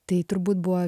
tai turbūt buvo